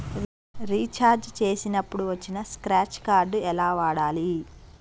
Recharge చేసినప్పుడు వచ్చిన scratch card ఎలా వాడాలి?